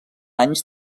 anys